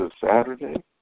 Saturday